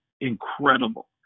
incredible